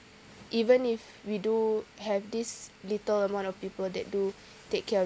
even if we do have this little amount of people that do take care of